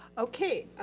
okay,